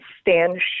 stand